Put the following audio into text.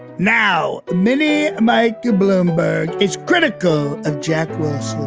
now many michael bloomberg is critical of jekyll's,